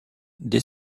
dès